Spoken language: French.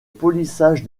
polissage